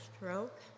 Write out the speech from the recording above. stroke